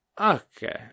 Okay